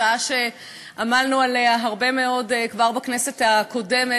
הצעה שעמלנו עליה הרבה מאוד כבר בכנסת הקודמת.